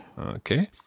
Okay